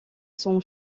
son